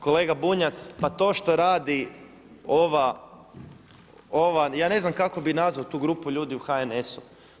Kolega Bunjac, pa to što radi ova, ja ne znam kako bi nazvao tu grupu ljudi u HNS-u.